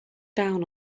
down